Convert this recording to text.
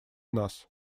нас